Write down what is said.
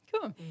Cool